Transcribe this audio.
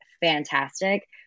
fantastic